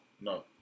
no